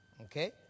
Okay